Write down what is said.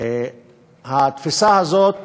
התפיסה הזאת